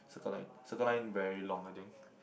Circle Line Circle Line very long I think